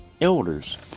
elders